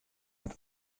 net